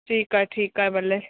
ठीकु आहे ठीकु आहे भले